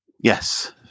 Yes